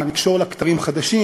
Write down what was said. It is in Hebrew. אקשור לה כתרים חדשים,